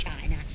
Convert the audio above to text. China